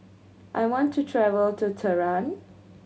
I want to travel to Tehran